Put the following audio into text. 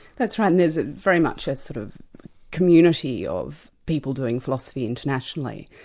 that's right, and there's very much a sort of community of people doing philosophy internationally.